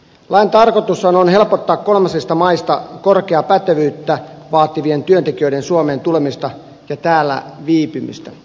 lain tarkoitushan on helpottaa kolmansista maista korkeaa pätevyyttä vaativien tehtävien työntekijöiden suomeen tulemista ja täällä viipymistä